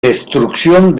destrucción